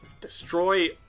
Destroy